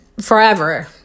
forever